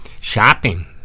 Shopping